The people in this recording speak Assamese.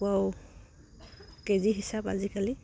কুকুৰাও কেজি হিচাপ আজিকালি